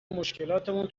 مشکلاتمون